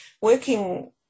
working